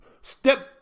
step